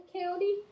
County